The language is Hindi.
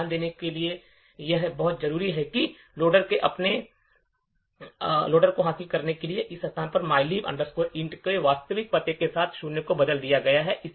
तो ध्यान दें कि लोडर ने अपनी नौकरी पर हासिल किया है इस स्थान पर mylib int के वास्तविक पते के साथ शून्य को बदल दिया है